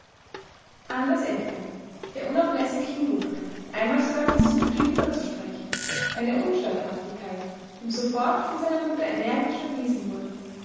anders edgar der unablässig hinguckte einmal sogar versuchte hinüberzusprechen eine unstatthaftigkeit die ihm sofort von seiner mutter energisch verwiesen wurde